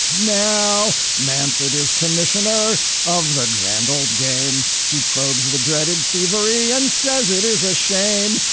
now, manfred is commissioner of the grand old game. he probes the dreaded thievery and says it is a shame.